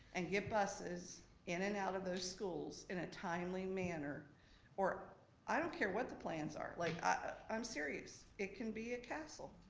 and get buses in and out of those schools in a timely manner or i don't care what the plans are. like i'm serious, it can be a castle,